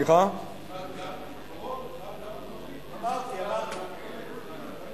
חל גם על גברים, אדוני השר.